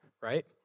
right